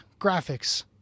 graphics